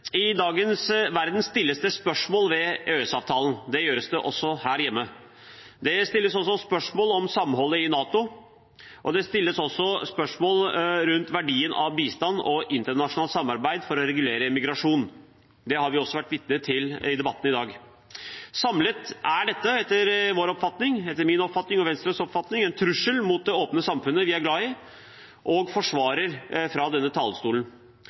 I dagens verden stilles det spørsmål ved EØS-avtalen. Det gjøres det også her hjemme. Det stilles også spørsmål om samholdet i NATO, og det stilles spørsmål rundt verdien av bistand og internasjonalt samarbeid for å regulere migrasjon. Det har vi også vært vitne til i debatten i dag. Samlet er dette etter min og Venstres oppfatning en trussel mot det åpne samfunnet vi er glad i og forsvarer fra denne talerstolen.